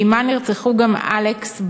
ועמה נרצחו גם אלכס,